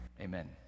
Amen